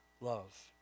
love